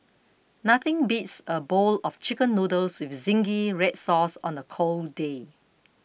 nothing beats a bowl of Chicken Noodles with Zingy Red Sauce on a cold day